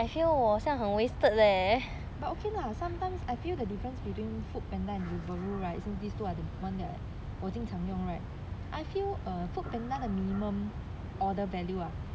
but okay lah sometimes I feel the difference between foodpanda and deliveroo right since these two are the one that 我经常用 right I feel foodpanda 的 minimum order value ah